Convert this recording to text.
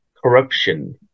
corruption